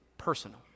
personal